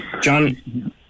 John